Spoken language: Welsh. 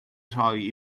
rhoi